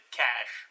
cash